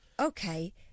Okay